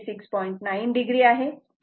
इथे हे current leaking आहे